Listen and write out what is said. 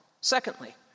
Secondly